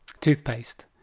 toothpaste